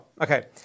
okay